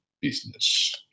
business